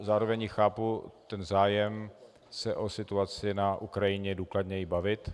Zároveň chápu zájem se o situaci na Ukrajině důkladněji bavit.